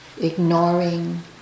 ignoring